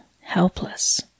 helpless